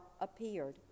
appeared